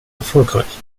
erfolgreich